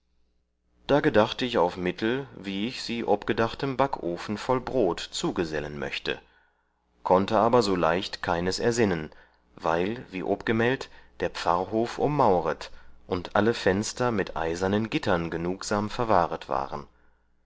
da gedachte ich auf mittel wie ich sie obgedachtem backofen voll brod zugesellen möchte konnte aber so leicht keines ersinnen weil wie